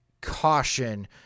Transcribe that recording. caution